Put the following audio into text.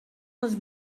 les